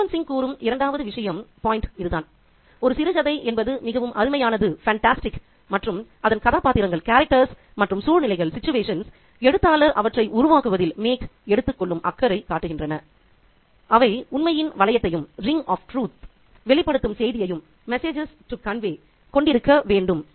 குஸ்வந்த் சிங் கூறும் இரண்டாவது விஷயம் இது தான் ஒரு சிறுகதை என்பது மிகவும் அருமையானது மற்றும் அதன் கதாபாத்திரங்கள் மற்றும் சூழ்நிலைகள் எழுத்தாளர் அவற்றை உருவாக்குவதில் எடுத்துக்கொள்ளும் அக்கறை காட்டுகின்றன அவை உண்மையின் வளையத்தையும் வெளிப்படுத்தும் செய்தியையும் message" to convey கொண்டிருக்க வேண்டும்